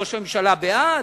ראש הממשלה בעד.